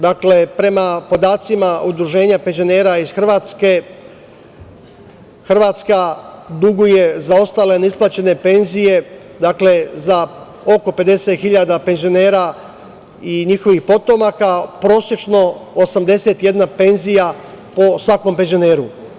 Dakle, prema podacima Udruženja penzionera iz Hrvatske, Hrvatska duguje zaostale neisplaćene penzije za oko 50.000 penzionera i njihovih potomaka, prosečno 81 penzija po svakom penzioneru.